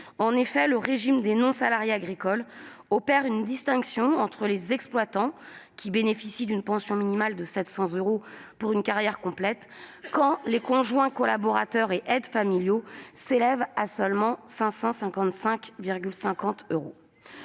En effet, le régime des non-salariés agricoles opère une distinction entre les exploitants, qui bénéficient d'une pension minimale de 700 euros pour une carrière complète et les conjoints collaborateurs et aides familiaux, dont la pension s'élève seulement à 555,50 euros.